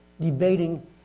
debating